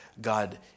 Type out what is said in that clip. God